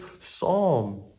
psalm